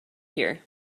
here